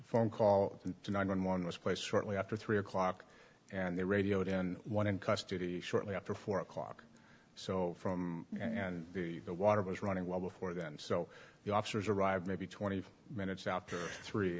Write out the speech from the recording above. phone call to nine one one was placed shortly after three o'clock and they radioed in one in custody shortly after four o'clock or so from and the water was running well before then so the officers arrived maybe twenty minutes after three